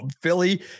Philly